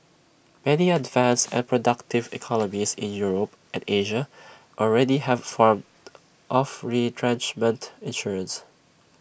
many advanced and productive economies in Europe and Asia already have forms of retrenchment insurance